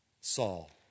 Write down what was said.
Saul